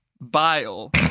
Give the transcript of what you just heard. bile